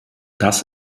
das